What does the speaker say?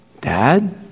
Dad